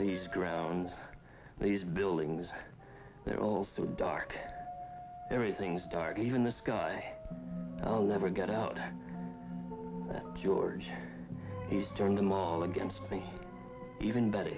these grounds these buildings they're all so dark everything's dark even the sky i'll never get out george he's turned them all against me even bett